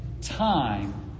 time